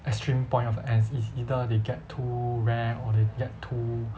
extreme point of ends it's either they get too rare or they get too